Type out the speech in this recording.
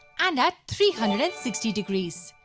and at three hundred and sixty degrees.